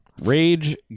Rage